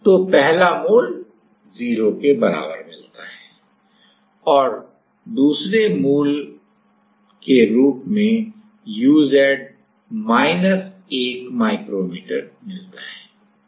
तो पहला मूल 0 के बराबर मिलता है और दूसरे मूल के रूप में uz माइनस एक माइक्रोमीटर मिलता है